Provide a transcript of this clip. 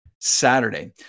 Saturday